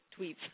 tweets